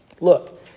Look